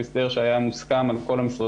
לשוב ולקדם אותה בממשלה הנוכחית ובכנסת הנוכחית.